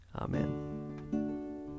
Amen